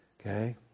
Okay